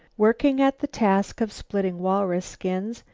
working at the task of splitting walrus skins,